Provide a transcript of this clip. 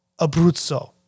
Abruzzo